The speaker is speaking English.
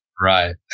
Right